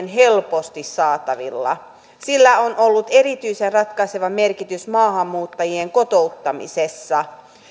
helposti kaikkien saatavilla sillä on ollut erityisen ratkaiseva merkitys maahanmuuttajien kotouttamisessa